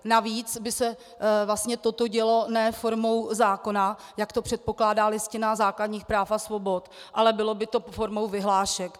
Navíc by se toto dělo ne formou zákona, jak to předpokládá Listina základních práv a svobod, ale bylo by to formou vyhlášek.